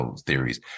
theories